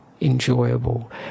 enjoyable